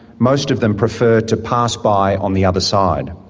most of them prefer to pass by on the other side.